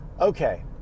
okay